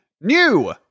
new